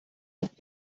noch